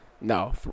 no